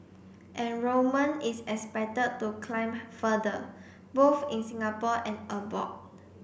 enrolment is expected to climb further both in Singapore and abroad